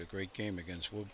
a great game against will